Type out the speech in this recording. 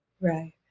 Right